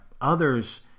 others